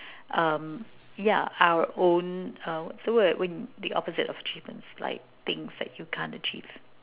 um yeah our own uh what's the word when the opposite of achievements like things that you can't achieve